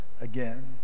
again